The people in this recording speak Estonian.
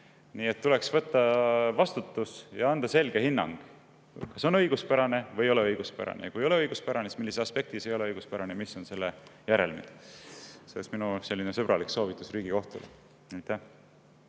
Nii et tuleks vastutada ja anda selge hinnang, kas see on õiguspärane või ei ole õiguspärane. Kui ei ole õiguspärane, siis [tuleb öelda,] millises aspektis ei ole õiguspärane ja mis on selle järelmid. See oleks minu selline sõbralik soovitus Riigikohtule.